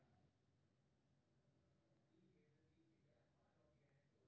वस्तु, अचल संपत्ति, उपकरण आ प्राकृतिक संसाधन परिसंपत्ति होइ छै